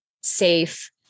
safe